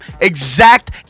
Exact